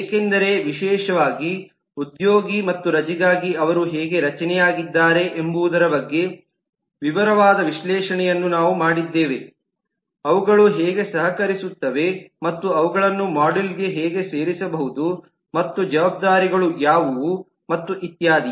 ಏಕೆಂದರೆ ವಿಶೇಷವಾಗಿ ಉದ್ಯೋಗಿ ಮತ್ತು ರಜೆಗಾಗಿ ಅವರು ಹೇಗೆ ರಚನೆಯಾಗಿದ್ದಾರೆ ಎಂಬುದರ ಬಗ್ಗೆ ವಿವರವಾದ ವಿಶ್ಲೇಷಣೆಯನ್ನು ನಾವು ಮಾಡಿದ್ದೇವೆ ಅವುಗಳು ಹೇಗೆ ಸಹಕರಿಸುತ್ತವೆ ಮತ್ತು ಅವುಗಳನ್ನು ಮಾಡ್ಯೂಲ್ಗಳಲ್ಲಿ ಹೇಗೆ ಸೇರಿಸಬಹುದು ಮತ್ತು ಜವಾಬ್ದಾರಿಗಳು ಯಾವುವು ಮತ್ತು ಇತ್ಯಾದಿ